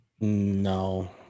No